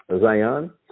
Zion